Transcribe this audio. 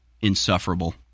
insufferable